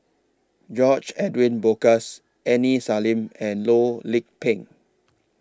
George Edwin Bogaars Aini Salim and Loh Lik Peng